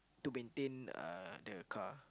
to maintain uh the car